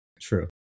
True